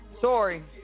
Sorry